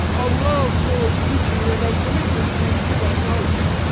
our love towards teaching, and our commitment to improve our knowledge.